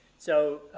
so,